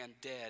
dead